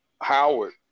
Howard